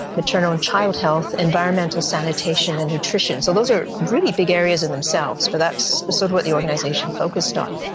maternal and child health, environmental sanitation and nutrition. so those are really big areas in themselves, but that's sort of what the organisation focused on.